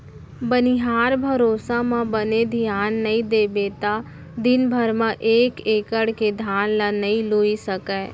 बनिहार भरोसा म बने धियान नइ देबे त दिन भर म एक एकड़ के धान ल नइ लूए सकें